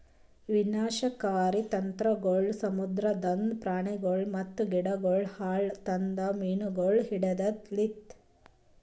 ವಿನಾಶಕಾರಿ ತಂತ್ರಗೊಳ್ ಸಮುದ್ರದಾಂದ್ ಪ್ರಾಣಿಗೊಳ್ ಮತ್ತ ಗಿಡಗೊಳ್ ಹಾಳ್ ಆತವ್ ಮೀನುಗೊಳ್ ಹಿಡೆದ್ ಲಿಂತ್